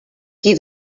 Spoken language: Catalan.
qui